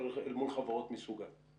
אבל אל מול חברות מסוגה.